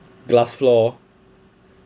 glass floor